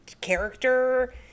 character